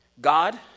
God